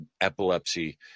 epilepsy